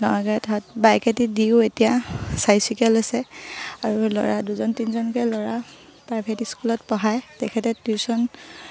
ধৰক বাইকে দিও এতিয়া চাৰিচকীয়া লৈছে আৰু ল'ৰা দুজন তিনিজনকৈ ল'ৰা প্ৰাইভেট স্কুলত পঢ়ায় তেখেতে টিউশ্যন